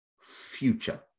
future